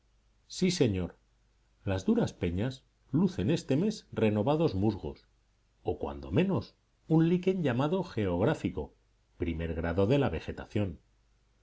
sí señor las duras peñas lucen este mes renovados musgos o cuando menos un liquen llamado geográfico primer grado de la vegetación